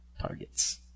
Targets